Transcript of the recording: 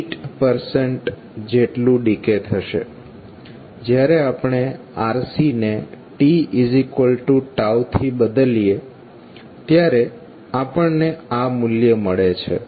8 જેટલું ડિકે થશે જ્યારે આપણે RC ને t થી બદલીએ ત્યારે આપણને આ મૂલ્ય મળે છે